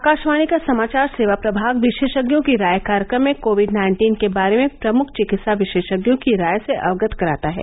आकाशवाणी का समाचार सेवा प्रभाग विशेषज्ञों की राय कार्यक्रम में कोविड नाइन्टीन के बारे में प्रमुख चिकित्सा विशेषज्ञों की राय से अवगत कराता है